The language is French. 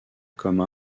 comme